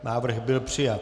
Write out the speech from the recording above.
Návrh byl přijat.